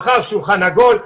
מחר שולחן עגול,